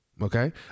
Okay